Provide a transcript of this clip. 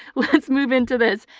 let's move into this.